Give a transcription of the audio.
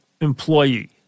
employee